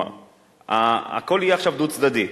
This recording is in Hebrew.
הכול יהיה עכשיו דו-צדדי.